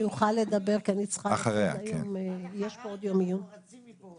אנחנו רצים מפה,